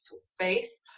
space